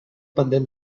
pendent